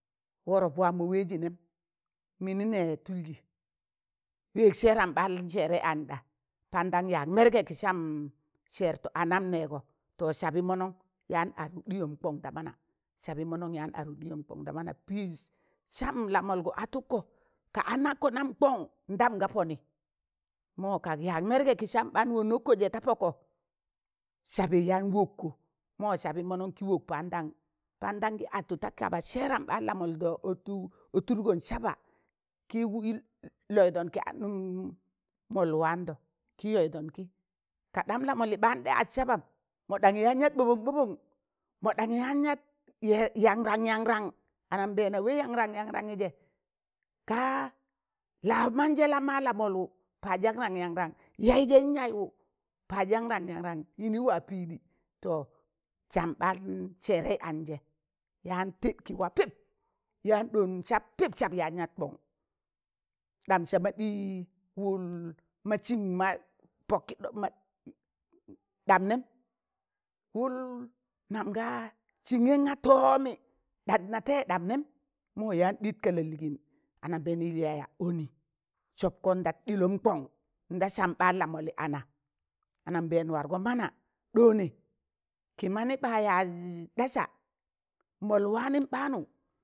Wọrọp, wam mọ wẹẹzị nẹm mịnị nẹẹ tụlzị wẹẹz sẹẹram ɓaan sẹẹrẹị an ɗa, pandan yag mẹrgẹ kị sam sẹrto anam nẹẹgọ to sabị mọnọn yaan adụk ɗịyọm kọng da mana, sabị mọnọn yaan adụk ɗịyọm kọng da mana, pịij sam lọmọlgọ atuko ka ọnakọ nam kong ndam ka pọnị, mọ kak ya mẹrgẹ kị sam ɓaan kọngụm ọnọkkọzẹ da pọkọ sabị yaan wọkkọ, mọ sabị mọnọn kị wọk pandan, pandan kị atụ ta kaba sẹẹram ɓaan la mọldọ ọtụtgọn saba kị lọịdọn ki nụm mọlụ waando kị yaịdẹn kị kadam la mọlị ɓaan ɗị ad sabam mọ ɗangị yaan kị yat bobọn bọbọn, mọ ɗangị yaan yat ya- yanran yanran, anambẹẹna wẹ yanran yanran ọnambẹẹna wẹ yaụran yanrangị zẹ kaa lamanzẹ laa ma la mọlwụ pas yanran yanran, yịnị wa pịịzị to sam ɓaan sẹẹrẹị anzẹ yaan tị kị wa pịp yaam ɗọọn sab pịp sab yaan yat kọng ɗam sama ɗị wụl ma sịmma pọkị ɗọk ma ɗam nẹm wụl nam gaa sịngem tọọmị ɗam na taịzẹ ɗam nẹm mọ yaan ɗịt ka lalịịgịn anambẹẹn yịl yaya ọnị sọpkọn da ɗịlọm kọng ndan sam ɓaan la mọlị ọna anambẹẹn wargọ mana ɗọọnẹ kị manị ɓa yaz ɗasa mol waanịm ɓaanụ.